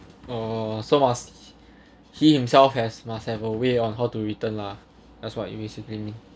orh so must he himself has must have a way on how to return lah that's what you basically mean